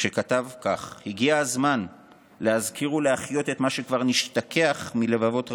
שכתב כך: "הגיע הזמן להזכיר ולהחיות את מה שכבר נשתכח מלבבות רבים.